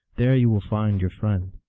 there you will find your friend.